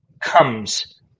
comes